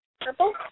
purple